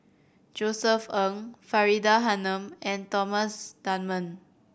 Josef Ng Faridah Hanum and Thomas Dunman